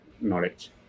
knowledge